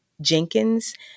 Jenkins